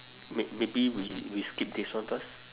may~ maybe we skip this one first